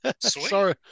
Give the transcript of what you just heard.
sorry